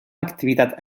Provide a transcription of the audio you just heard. activitat